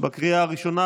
בקריאה הראשונה,